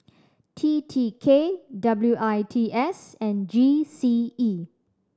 T T K W I T S and G C E